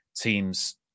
teams